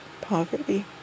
poverty